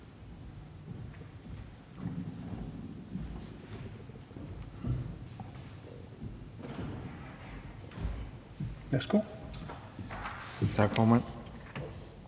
Tak for det.